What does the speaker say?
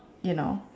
you know